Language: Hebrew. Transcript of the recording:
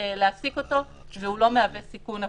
להעסיק אותו והוא לא מהווה סיכון עבורו.